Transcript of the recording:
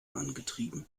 angetrieben